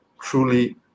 truly